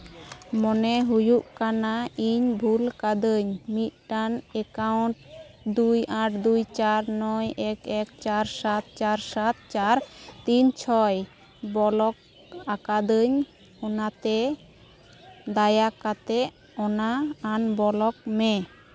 ᱢᱚᱱᱮ ᱦᱩᱭᱩᱜ ᱠᱟᱱᱟ ᱤᱧ ᱵᱷᱩᱞ ᱠᱟᱹᱫᱟᱹᱧ ᱢᱤᱫᱴᱟᱱ ᱮᱠᱟᱣᱩᱱᱴ ᱫᱩᱭ ᱟᱴ ᱫᱩᱭ ᱪᱟᱨ ᱱᱚᱭ ᱮᱠ ᱮᱠ ᱪᱟᱨ ᱥᱟᱛ ᱪᱟᱨ ᱥᱟᱛ ᱪᱟᱨ ᱛᱤᱱ ᱪᱷᱚᱭ ᱵᱞᱚᱠ ᱟᱠᱟᱫᱟᱹᱧ ᱚᱱᱟᱛᱮ ᱫᱟᱭᱟ ᱠᱟᱛᱮᱫ ᱚᱱᱟ ᱟᱱᱵᱞᱚᱠ ᱢᱮ